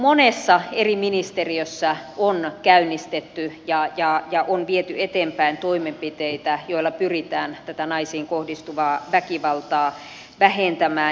monessa eri ministeriössä on käynnistetty ja viety eteenpäin toimenpiteitä joilla pyritään tätä naisiin kohdistuvaa väkivaltaa vähentämään